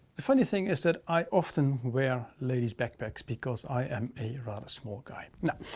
the funny thing is that i often wear ladies' backpacks because i am a rather small guy. now,